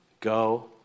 go